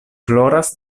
floras